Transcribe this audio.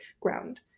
ground